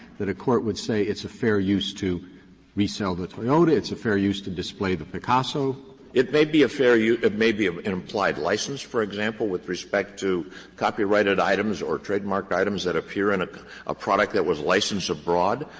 that a court would say, it's a fair use to resell the toyota, it's a fair use to display the picasso. olson it may be a fair use. it may be an implied license, for example, with respect to copyrighted items or trademarked items that appear in a a product that was licensed abroad.